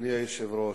אדוני היושב-ראש,